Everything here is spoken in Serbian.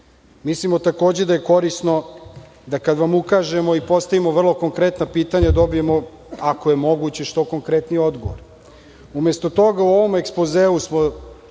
Mislimo takođe da je korisno da, kada vam ukažemo i postavimo vrlo konkretna pitanja, dobijemo, ako je moguće, što konkretnije odgovore. Umesto toga, u ovom ekspozeu smo